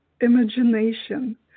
imagination